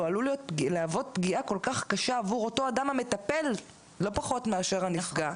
או עלול להוות פגיעה כל כך קשה עבור המטפל לא פחות מאשר הנפגע,